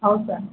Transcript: ହେଉ ସାର୍